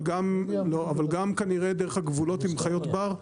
אבל גם כנראה דרך הגבולות עם חיות בר,